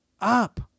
up